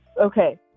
Okay